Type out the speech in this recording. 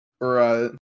right